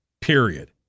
period